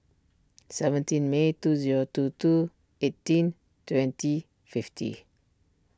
seventeen May two zero two two eighteen twenty fifty